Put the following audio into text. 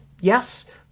Yes